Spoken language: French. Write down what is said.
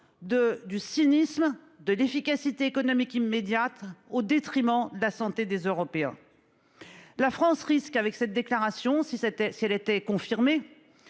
du cynisme de d'efficacité économique immédiate au détriment de la santé des Européens. La France risque avec cette déclaration. Si c'était si elle était confirmée.